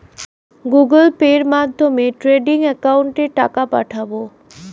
Google পের মাধ্যমে trading একাউন্টে টাকা পাঠাবো?